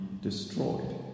destroyed